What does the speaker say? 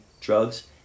drugs